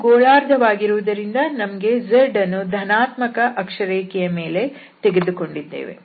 ಇದು ಗೋಳಾರ್ಧವಾಗಿರುವುದರಿಂದ ನಾವು z ಅನ್ನು ಧನಾತ್ಮಕ ಅಕ್ಷರೇಖೆಯ ಮೇಲೆ ತೆಗೆದುಕೊಂಡಿದ್ದೇವೆ